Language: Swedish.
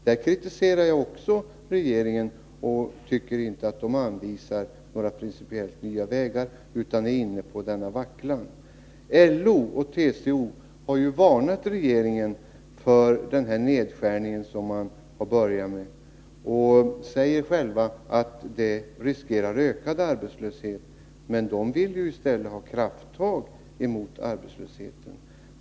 Där kritiserar jag också regeringen och tycker inte att den anvisar några principiellt nya vägar utan är inne på denna vacklan. LO och TCO har varnat regeringen för den här nedskärningen som man har börjat med och säger att detta riskerar att leda till ökad arbetslöshet. De villi stället ha krafttag mot arbetslösheten.